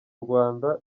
rwanda